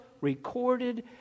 recorded